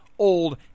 old